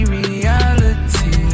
reality